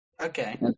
Okay